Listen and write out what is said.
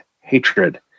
hatred